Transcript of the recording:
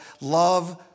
Love